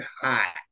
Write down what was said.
hot